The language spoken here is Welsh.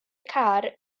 car